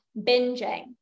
binging